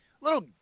little